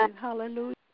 Hallelujah